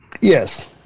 Yes